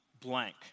blank